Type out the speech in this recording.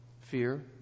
fear